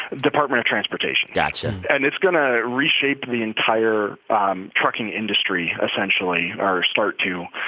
department of transportation. gotcha. and it's going to reshape the entire um trucking industry essentially, or start to.